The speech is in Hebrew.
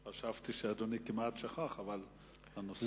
חשבתי שאדוני כמעט שכח, אבל הנושא מאוד חשוב.